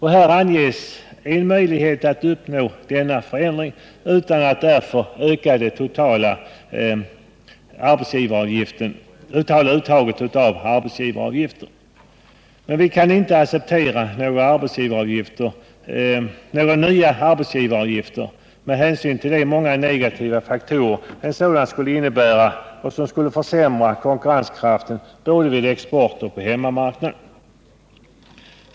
Här anges en möjlighet att uppnå denna förändring utan att man därför ökar det totala uttaget av arbetsgivaravgift. Men vi kan inte acceptera några nya arbetsgivaravgifter med hänsyn till de många negativa faktorer detta skulle innebära i form av försämrad konkurrenskraft både vid export och på hemmamarknaden.